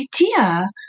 idea